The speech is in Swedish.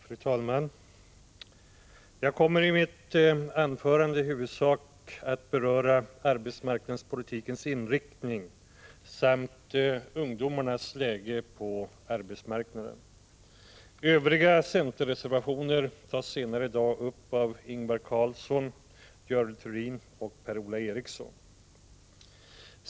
Fru talman! Jag kommer i mitt anförande i huvudsak att beröra arbetsmarknadspolitikens inriktning samt ungdomarnas läge på arbetsmarknaden. Övriga centerreservationer tas senare i dag upp av Ingvar Karlsson i Bengtsfors, Görel Thurdin och Per-Ola Eriksson.